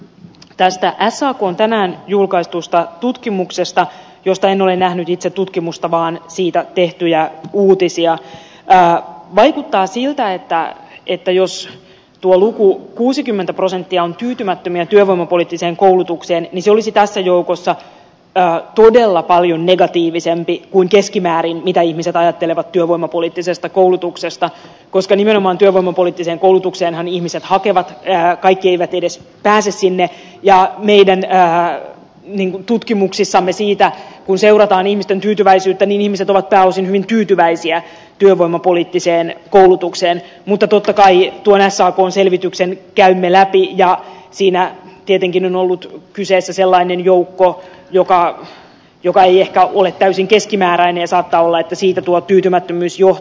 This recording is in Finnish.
tästä saa kun tänään julkaistusta tutkimuksesta josta en ole nähnyt itse tutkimusta vaan siitä tehtyjä uutisia sää vaikuttaa siltä että on että jos tuo luku kuusikymmentä prosenttia on tyytymättömiä työvoimapoliittiseen koulutukseen is olisi tässä joukossa päättyy otella paljon negatiivisempi kuin keskimäärin ikäihmiset ajattelevat työvoimapoliittisesta koulutuksesta koska nimenomaan työvoimapoliittiseen koulutukseenhan ihmiset hakevat jää kaikki eivät edes pääse sinne ja niiden ja lintututkimuksissamme siitä kun seurataan ihmisten tyytyväisyyttä nimiset ovat pääosin hyvin tyytyväisiä työvoimapoliittiseen koulutukseen mutta tottakai junassa kun selvityksen käymme läpi ja siinä tietenkin on ollut kyseessä sellainen joukko joka joka ei ehkä ole täysin keskimääräinen saattaa olla siitä tuo tyytymättömyys jo